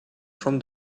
from